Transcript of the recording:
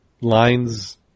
lines